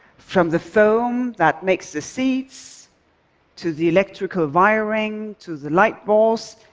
from the foam that makes the seats to the electrical wiring to the light bulbs.